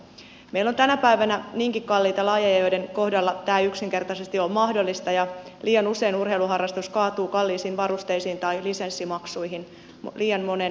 meillä on tänä päivänä niinkin kalliita lajeja että niiden kohdalla tämä ei yksinkertaisesti ole mahdollista ja liian usein urheiluharrastus kaatuu kallisiin varusteisiin tai lisenssimaksuihin liian monen lapsen kohdalla